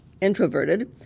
introverted